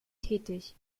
tätig